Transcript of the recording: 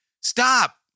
stop